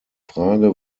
frage